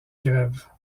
grève